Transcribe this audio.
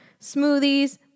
smoothies